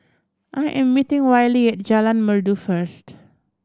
I am meeting Wiley at Jalan Merdu first